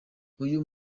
uyu